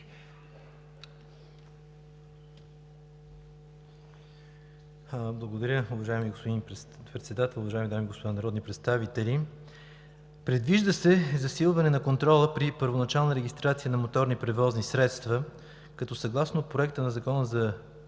Председател. Уважаеми господин Председател, уважаеми дами и господа народни представители! Предвижда се засилване на контрола при първоначална регистрация на моторни превозни средства, като съгласно Закона за пътните